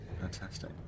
Fantastic